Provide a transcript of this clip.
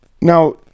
Now